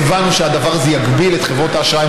והבנו שהדבר הזה יגביל את חברות האשראי